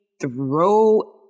throw